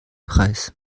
preis